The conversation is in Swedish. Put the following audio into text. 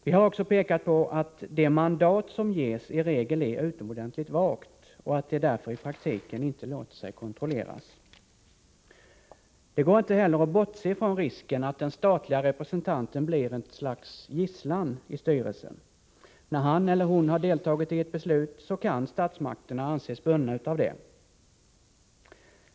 Vi har också pekat på att det mandat som ges i regel är utomordentligt vagt och att det därför i praktiken inte låter sig kontrolleras. Det går inte heller att bortse från risken att den statliga representanten blir ett slags gisslan i styrelsen. När han eller hon har deltagit i ett beslut kan statsmakterna anses bundna av det.